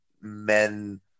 men